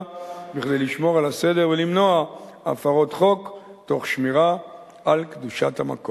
כדי לשמור על הסדר ולמנוע הפרות חוק תוך שמירה על קדושת המקום.